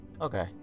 Okay